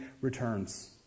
returns